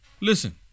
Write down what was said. Listen